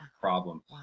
problem